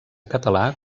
català